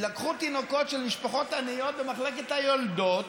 לקחו תינוקות של משפחות עניות במחלקות היולדות,